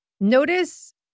Notice